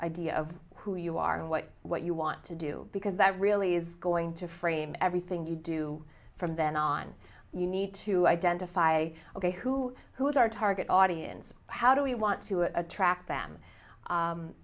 idea of who you are and what what you want to do because that really is going to frame everything you do from then on you need to identify ok who who is our target audience how do we want to attract them